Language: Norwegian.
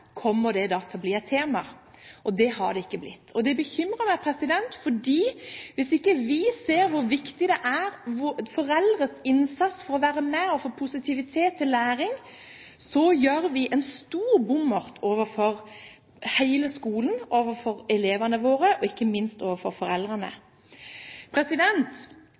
kommer det da til å bli et tema? Det har det ikke blitt. Det bekymrer meg. Hvis vi ikke ser hvor viktig foreldres innsats er når det gjelder å være med og få positivitet til læring, gjør vi en stor bommert overfor hele skolen, overfor elevene våre, og ikke minst overfor foreldrene.